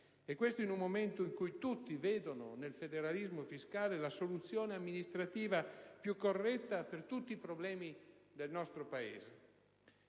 e questo in un momento in cui tutti vedono nel federalismo fiscale la soluzione amministrativa più corretta per tutti i problemi del nostro Paese.